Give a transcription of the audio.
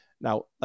Now